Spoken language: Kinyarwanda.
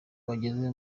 wageze